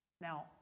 Now